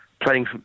playing